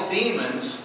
demons